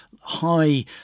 high